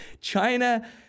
China